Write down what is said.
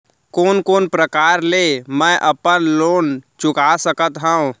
कोन कोन प्रकार ले मैं अपन लोन चुका सकत हँव?